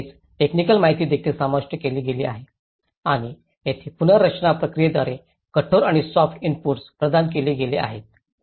आणि येथेच टेक्निकल माहिती देखील समाविष्ट केली गेली आहे आणि तेथे पुनर्रचना प्रक्रिये द्वारे कठोर आणि सॉफ्ट इनपुट्स प्रदान केले गेले आहेत